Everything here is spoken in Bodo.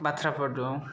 बाथ्राफोर दं